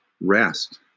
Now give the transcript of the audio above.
Rest